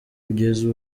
kugeza